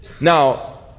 Now